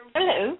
Hello